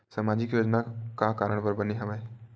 सामाजिक योजना का कारण बर बने हवे?